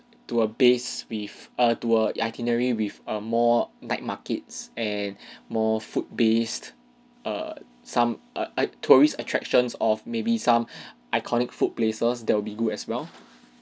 to a base with a tour itinerary with a more night markets and more food based err some err tourist attractions of maybe some iconic food places that will be good as well